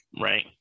right